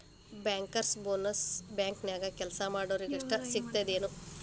Bankers bonus ಬ್ಯಾಂಕ್ನ್ಯಾಗ್ ಕೆಲ್ಸಾ ಮಾಡೊರಿಗಷ್ಟ ಸಿಗ್ತದೇನ್?